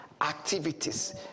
Activities